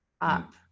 up